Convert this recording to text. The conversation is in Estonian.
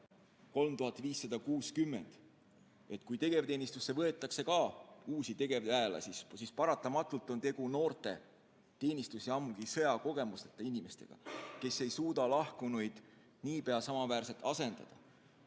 3560. Kui teenistusse võetakse ka uusi tegevväelasi, siis paratamatult on tegu noorte teenistus- ja ammugi sõjakogemuseta inimestega, kes ei suuda lahkunuid nii pea samaväärselt asendada.